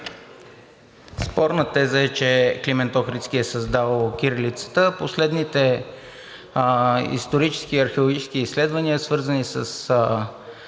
Спорна теза е, че Климент Охридски е създал кирилицата. Последните исторически и археологически изследвания, свързани с